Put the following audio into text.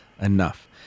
enough